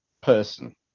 person